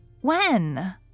When